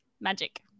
Magic